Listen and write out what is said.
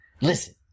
Listen